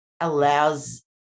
allows